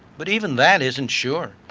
but even that isn't sure.